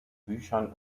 büchern